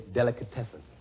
delicatessen